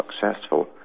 successful